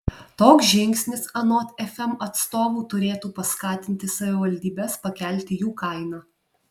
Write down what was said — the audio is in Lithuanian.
toks žingsnis anot fm atstovų turėtų paskatinti savivaldybes pakelti jų kainą